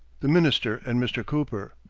the minister and mr. cooper,